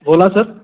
बोला सर